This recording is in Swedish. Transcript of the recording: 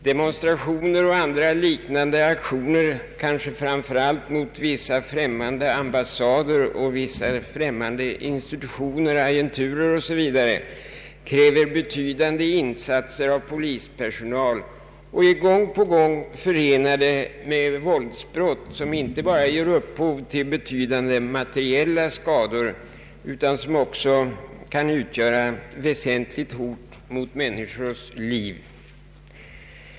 Demonstrationer och andra liknande aktioner, kanske framför allt mot vissa främmande ambassader, institutioner, agenturer 0. s. v., kräver betydande insatser av polispersonal och är gång på gång förenade med våldsbrott, som inte bara ger upphov till betydande materiella skador utan som också kan utgöra ett väsentligt hot mot människors liv.